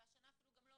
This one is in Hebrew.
והשנה אפילו גם לא